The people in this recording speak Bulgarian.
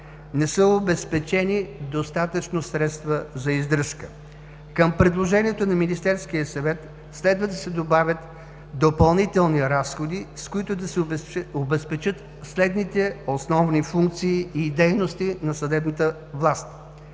Не са обезпечени достатъчно средства за издръжка. Към предложението на Министерския съвет, следва да се добавят допълнителни разходи, с които да се обезпечат следните основни функции и дейности на съдебната власт: